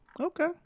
okay